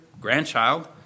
grandchild